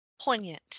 poignant